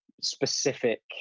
specific